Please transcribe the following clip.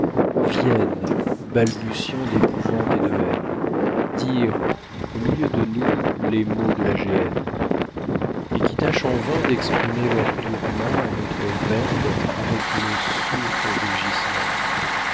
viennent balbutiant d'épouvante et de haine dire au milieu de nous les mots de la géhenne et qui tâchent en vain d'exprimer leur tourment a notre verbe avec le sourd rugissement